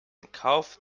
kauf